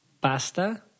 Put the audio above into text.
Pasta